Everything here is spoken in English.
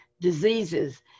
diseases